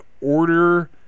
order